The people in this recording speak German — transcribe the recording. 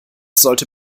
sollte